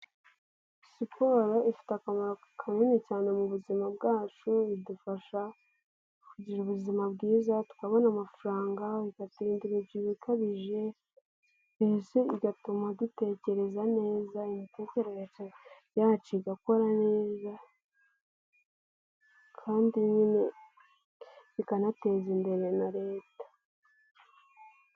Siporo ifite akamaro kanini cyane mu buzima bwacu, bidufasha kugira ubuzima bwiza twabona amafaranga, ikaturinda umubyibuho ukabije, igatuma dutekereza neza, imitekerereze ya yacu igakora neza, kandi nyine ikanateza imbere na Leta.